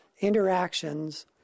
interactions